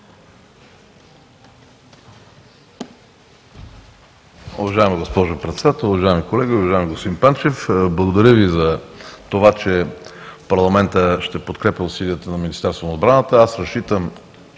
благодаря Ви за това, че парламентът ще подкрепя усилията на Министерството на отбраната.